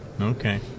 okay